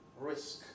risk